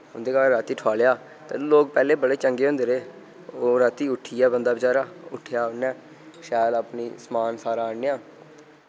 उं'दे घर राती ठोआलेआ ते लोक पैह्ले बड़े चंगे होंदे रेह् ओह् रातीं उट्ठिया बंदा बचारा उट्ठेआ उ'नें शैल अपनी समान सारा आह्नेआ